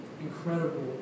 incredible